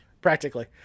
practically